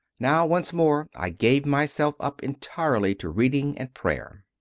now once more i gave myself up entirely to reading and prayer.